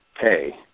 pay